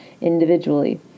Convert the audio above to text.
individually